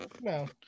No